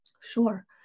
Sure